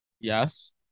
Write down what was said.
yes